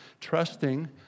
trusting